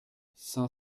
cinq